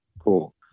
Cool